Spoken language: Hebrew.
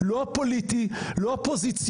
לא סומכת